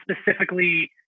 specifically